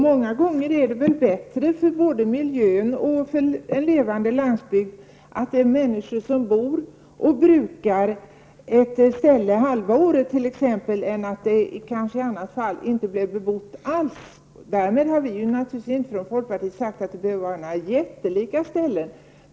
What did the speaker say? Många gånger är det väl bättre för både miljön och en levande landsbygd att människor bor på ett ställe och brukar marken där halva året än att det kanske i annat fall inte blir bebott alls. Därmed har vi från folkpartiet naturligtvis inte sagt att det behöver vara fråga om några jättelika ställen.